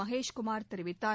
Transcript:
மகேஷ்குமார் தெரிவித்தார்